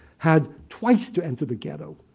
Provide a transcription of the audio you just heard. had twice to enter the ghetto.